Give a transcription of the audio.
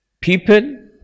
people